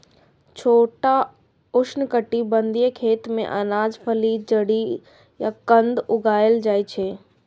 छोट उष्णकटिबंधीय खेत मे अनाज, फली, जड़ि आ कंद उगाएल जाइ छै